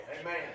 Amen